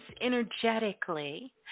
energetically